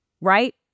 right